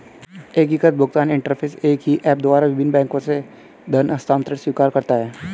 एकीकृत भुगतान इंटरफ़ेस एक ही ऐप द्वारा विभिन्न बैंकों से धन हस्तांतरण स्वीकार करता है